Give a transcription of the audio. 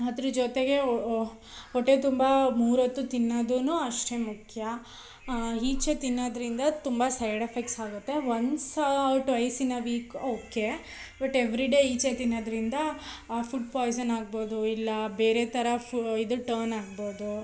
ಅದ್ರ ಜೊತೆಗೆ ಹೊಟ್ಟೆ ತುಂಬ ಮೂರೊತ್ತು ತಿನ್ನೋದೂನು ಅಷ್ಟೆ ಮುಖ್ಯ ಈಚೆ ತಿನ್ನೋದ್ರಿಂದ ತುಂಬ ಸೈಡ್ ಎಫೆಕ್ಸ್ ಆಗುತ್ತೆ once twice in a week okay but every day ಈಚೆ ತಿನ್ನೋದ್ರಿಂದ ಫುಡ್ ಪಾಯ್ಸನ್ ಆಗ್ಬೋದು ಎಲ್ಲ ಬೇರೆ ಥರ ಫು ಇದು ಟನ್ ಆಗ್ಬೋದು